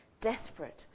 desperate